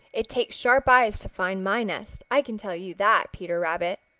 it takes sharp eyes to find my nest, i can tell you that, peter rabbit.